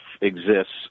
exists